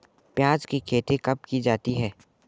प्याज़ की खेती कब की जाती है?